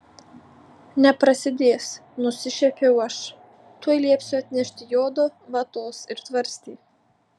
neprasidės nusišiepiau aš tuoj liepsiu atnešti jodo vatos ir tvarstį